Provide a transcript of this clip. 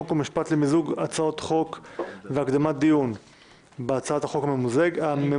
חוק ומשפט למיזוג הצעות חוק והקדמת דיון בהצעת החוק הממוזגת.